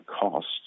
costs